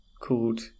called